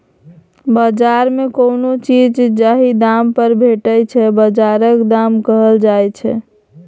बजार मे कोनो चीज जाहि दाम पर भेटै छै बजारक दाम कहल जाइ छै